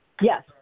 Yes